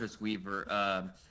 Weaver